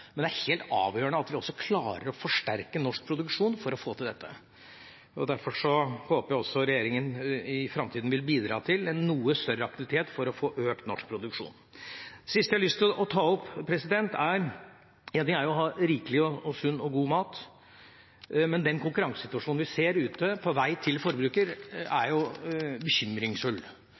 Men for å få til dette er det helt avgjørende at vi også klarer å forsterke norsk produksjon, og derfor håper jeg at regjeringa også i framtida vil bidra til en noe større aktivitet for å få økt norsk produksjon. Det siste jeg har lyst til å ta opp, er at én ting er å ha rikelig og sunn og god mat, men den konkurransesituasjonen vi ser ute, på vei til forbrukeren, er bekymringsfull.